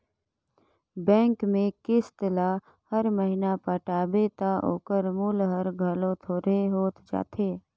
bank में किस्त ल हर महिना पटाबे ता ओकर मूल हर घलो थोरहें होत जाथे